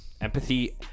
empathy